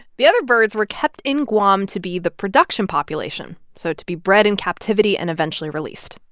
the other birds were kept in guam to be the production population, so to be bred in captivity and eventually released.